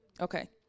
Okay